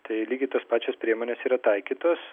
tai lygiai tos pačios priemonės yra taikytos